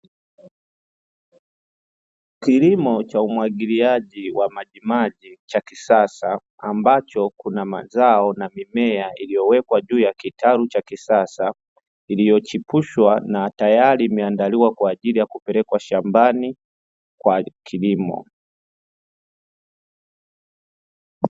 Kilimo cha umwagiliaji wa kisasa ambapo kuna mazao na mimea iliyowekwa ndani ya kitalu cha kisasa, iliyochepushwa na tayari imeandaliwa kwajili ya kupelekwa shambani kwa kilimo.